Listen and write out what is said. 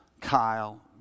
Kyle